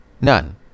None